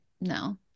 No